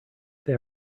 they